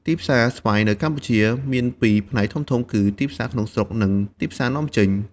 ទីផ្សារស្វាយនៅកម្ពុជាមានពីរផ្នែកធំៗ គឺទីផ្សារក្នុងស្រុក និងទីផ្សារនាំចេញ។